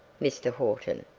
mr. horton.